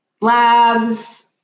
labs